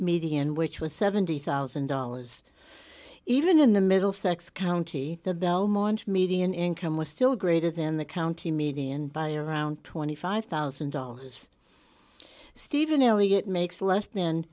median which was seventy thousand dollars even in the middle sex county the belmont median income was still greater than the county median by around twenty five thousand dollars stephen elliott makes less than